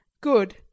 good